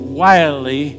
wildly